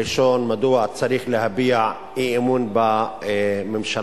הראשון, מדוע צריך להביע אי-אמון בממשלה.